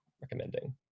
recommending